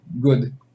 good